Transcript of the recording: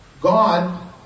God